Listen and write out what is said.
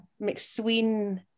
McSween